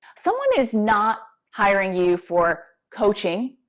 someone is not hiring you for coaching.